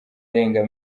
arenga